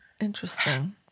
interesting